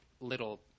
little